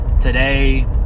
Today